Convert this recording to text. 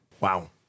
Wow